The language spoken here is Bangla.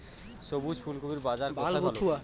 সবুজ ফুলকপির বাজার কোথায় ভালো?